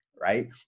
right